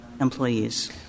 employees —